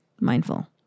mindful